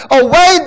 away